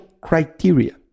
criteria